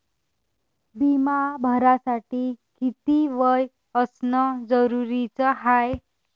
बिमा भरासाठी किती वय असनं जरुरीच हाय?